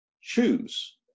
Choose